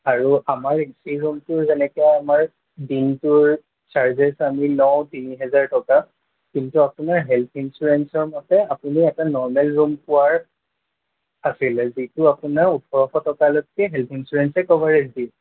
আৰু আমাৰ সেই ৰুমটো যেনেকৈ আমাৰ দিনটোৰ চাৰ্জেচ অমি লওঁ তিনি হেজাৰ টকা কিন্তু আপোনাৰ হেলথ ইঞ্চুৰেঞ্চৰ মতে আপুনি ইয়াতে নৰ্মেল ৰুম পোৱাৰ আছিলে যিটো আপোনাৰ ওঠৰশ টকালৈকে হেলথ ইঞ্চুৰেঞ্চে কভাৰেজ দিছে